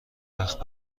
وقت